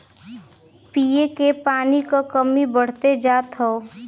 पिए के पानी क कमी बढ़्ते जात हौ